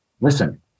Listen